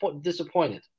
disappointed